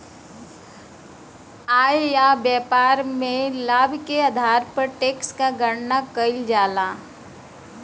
आय या व्यापार में लाभ के आधार पर टैक्स क गणना कइल जाला